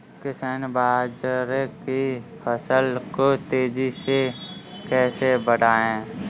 किसान बाजरे की फसल को तेजी से कैसे बढ़ाएँ?